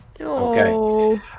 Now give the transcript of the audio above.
Okay